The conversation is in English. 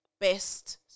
best